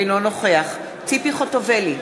אינו נוכח ציפי חוטובלי,